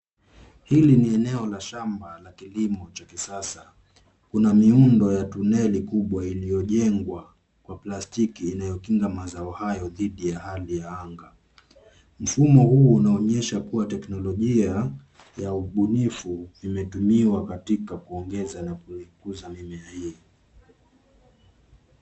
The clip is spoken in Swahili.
Hili ni eneo la shamba la kilimo cha kisasa. Kuna miundo ya tuneli kubwa iliyojengwa kwa plastiki inayokinga mazao hayo dhidi ya hali ya anga. Mfumo huu unaonyesha kuwa teknolojia ya ubunifu imetumiwa katika kuongeza rotuba ya mimea hiyo.